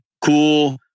cool